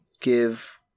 give